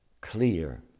clear